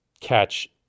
catch